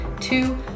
Two